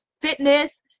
fitness